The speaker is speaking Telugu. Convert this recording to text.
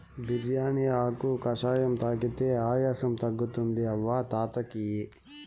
బిర్యానీ ఆకు కషాయం తాగితే ఆయాసం తగ్గుతుంది అవ్వ తాత కియి